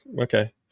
Okay